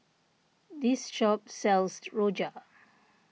this shop sells Rojak